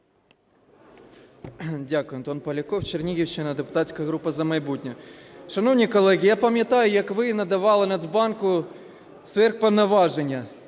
Дякую. Антон Поляков, Чернігівщина, депутатська група "За майбутнє". Шановні колеги, я пам'ятаю, як ви надавали Нацбанку сверхповноваження.